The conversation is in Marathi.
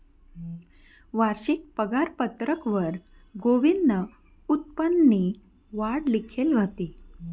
वारशिक पगारपत्रकवर गोविंदनं उत्पन्ननी वाढ लिखेल व्हती